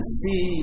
see